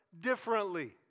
differently